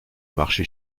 marché